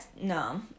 No